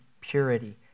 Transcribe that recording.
purity